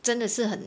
真的是很